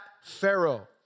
Pharaoh